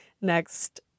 Next